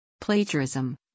Plagiarism